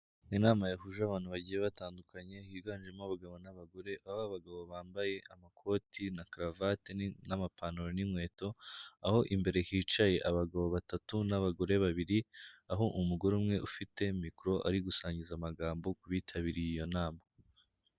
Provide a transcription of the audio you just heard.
Inama yahuje abantu bagiye batandukanye, higanjemo abagabo n'abagore, aho abagabo bambaye amakoti na karuvati n'amapantaro n'inkweto, aho imbere hicaye abagabo batatu n'abagore babiri, aho umugore umwe ufite mikoro ari gusangiza amagambo ku bitabiriye iyo nama.